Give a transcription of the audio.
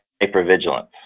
hypervigilance